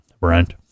Brent